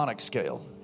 scale